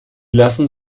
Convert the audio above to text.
lassen